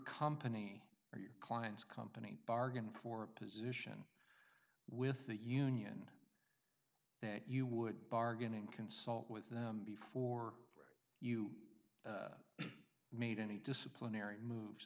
company or your clients company bargained for a position with the union that you would bargain in consult with before you made any disciplinary moves